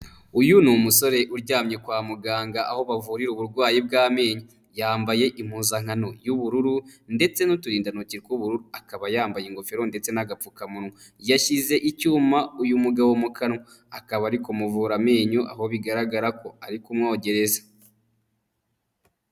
Uyu ni umusore uryamye kwa muganga aho bavurira uburwayi bw'amenyo. Yambaye impuzankano y'ubururu ndetse n'uturindantoki tw'ubururu. Akaba yambaye ingofero ndetse n'agapfukamunwa. Yashyize icyuma uyu mugabo mu kanwa, akaba ari kumuvura amenyo aho bigaragara ko ari kumwogereza.